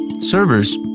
servers